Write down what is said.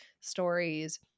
stories